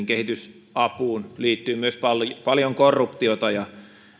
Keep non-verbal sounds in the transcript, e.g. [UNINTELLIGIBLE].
[UNINTELLIGIBLE] kehitysapuun liittyy myös paljon paljon korruptiota ja